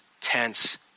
tense